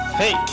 hey